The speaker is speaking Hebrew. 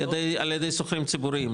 על ידי שוכרים ציבוריים,